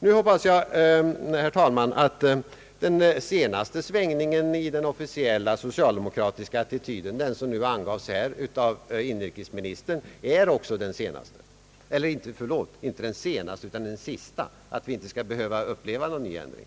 Jag hoppas också, herr talman, att den senaste svängningen i socialdemokraternas offentliga attityd — den som nu angavs av inrikesministern — också skall vara den sista, så att vi inte skall behöva uppleva någon ny ändring.